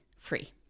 free